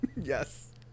Yes